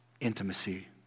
intimacy